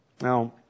Now